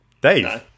Dave